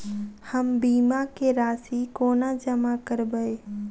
हम बीमा केँ राशि कोना जमा करबै?